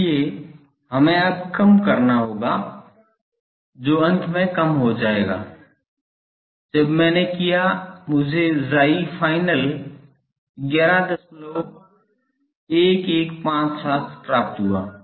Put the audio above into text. इसलिए हमें अब यह कम करना होगा जो अंत में कम हो जायेगा जब मैंने किया मुझे Chi final 111157 प्राप्त हुआ